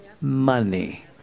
money